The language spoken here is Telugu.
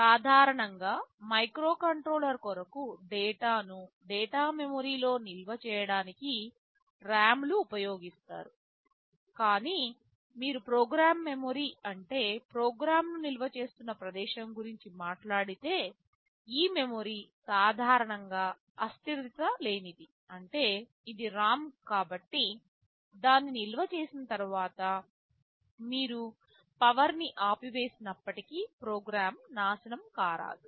సాధారణంగా మైక్రోకంట్రోలర్ కొరకు డేటాను డేటా మెమరీలో నిల్వ చేయడానికి RAM లు ఉపయోగిస్తారు కానీ మీరు ప్రోగ్రామ్ మెమరీ అంటే ప్రోగ్రామ్ను నిల్వ చేస్తున్న ప్రదేశం గురించి మాట్లాడితే తే ఈ మెమరీ సాధారణంగా అస్థిరత లేనిది అంటే ఇది ROM కాబట్టి దాన్ని నిల్వ చేసిన తర్వాత మీరు పవర్ ని ఆపివేసినప్పటికీ ప్రోగ్రామ్ నాశనం కారాదు